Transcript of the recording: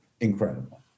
incredible